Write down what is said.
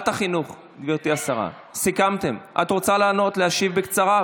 החינוך, סיכמתם, את רוצה לעלות ולהשיב בקצרה?